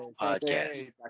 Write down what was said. podcast